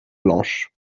blanches